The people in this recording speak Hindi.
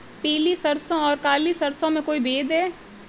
पीली सरसों और काली सरसों में कोई भेद है?